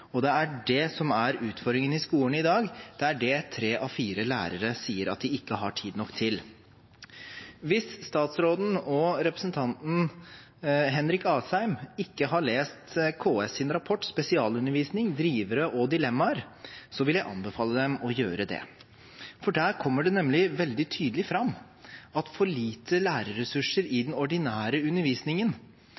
behov. Det er det som er utfordringen i skolen i dag, og det er det tre av fire lærere sier at de ikke har tid nok til. Hvis statsråden og representanten Henrik Asheim ikke har lest KS’ rapport «Spesialundervisning – drivere og dilemma», vil jeg anbefale dem å gjøre det. Der kommer det nemlig veldig tydelig fram at for lite lærerressurser i